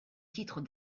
titre